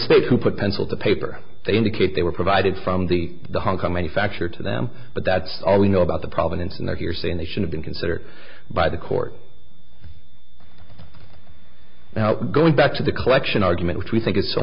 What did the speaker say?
speak to put pencil to paper they indicate they were provided from the hong kong manufacture to them but that's all we know about the provenance and they're here saying they should have been considered by the court now going back to the collection argument which we think is so